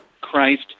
Christ